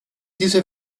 diese